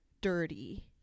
dirty